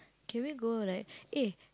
can we go like eh